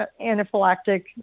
anaphylactic